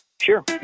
Sure